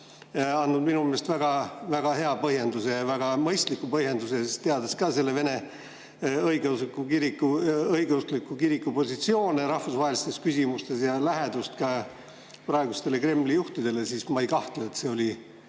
andnud minu meelest väga hea põhjenduse, väga mõistliku põhjenduse. Teades ka vene õigeusu kiriku positsioone rahvusvahelistes küsimustes ja lähedust praegustele Kremli juhtidele, ma ei kahtle, et see oli